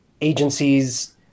Agencies